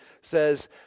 says